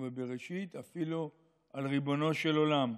ובבראשית, אפילו על ריבונו של עולם: